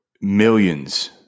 millions